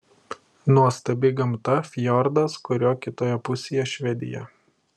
nuostabi gamta fjordas kurio kitoje pusėje švedija